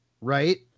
right